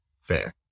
fair